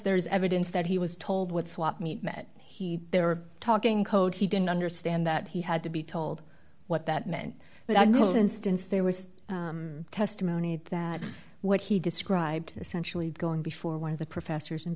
there is evidence that he was told what swap meet met he they were talking code he didn't understand that he had to be told what that meant but i guess the instance there was testimony that what he described essentially going before one of the professors and